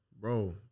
bro